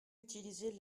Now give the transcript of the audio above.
utiliser